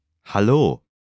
Hallo